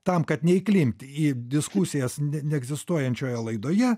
tam kad neįklimpt į diskusijas ne neegzistuojančioje laidoje